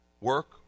Work